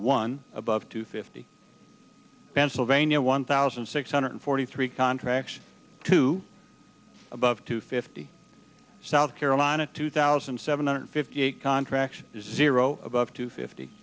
one above two fifty pennsylvania one thousand six hundred forty three contracts two above two fifty south carolina two thousand seven hundred fifty eight contracts zero about two fifty